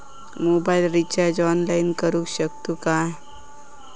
Mobile recharge online करुक शकतू काय?